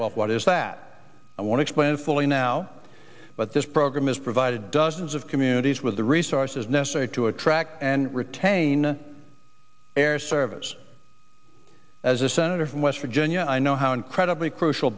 well what is that i want to spend fully now but this program has provided dozens of communities with the resources necessary to attract and retain their service as a senator from west virginia i know how incredibly crucial